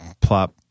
Plop